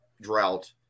drought